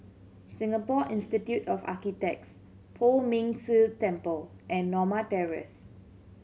Singapore Institute of Architects Poh Ming Tse Temple and Norma Terrace